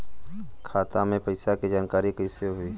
खाता मे पैसा के जानकारी कइसे होई?